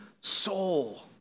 soul